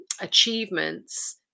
achievements